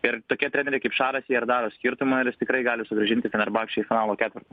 ir tokie treneriai kaip šaras jie ir daro skirtumą ir jis tikrai gali sugrąžinti fenerbachče į finalo ketvertą